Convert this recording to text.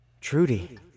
Trudy